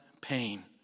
pain